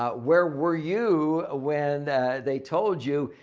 ah where were you when they told you,